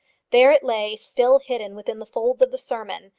there it lay still hidden within the folds of the sermon,